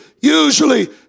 usually